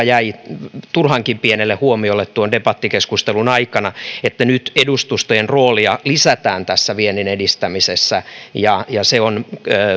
jäi turhankin pienelle huomiolle debattikeskustelun aikana että nyt edustustojen roolia lisätään tässä viennin edistämisessä se on